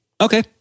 Okay